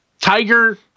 tiger